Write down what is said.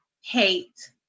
hate